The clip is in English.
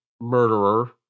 murderer